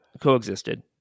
coexisted